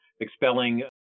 expelling